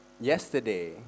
yesterday